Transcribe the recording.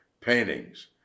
paintings